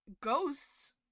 ghosts